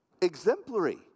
exemplary